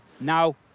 Now